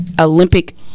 Olympic